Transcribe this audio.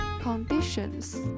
conditions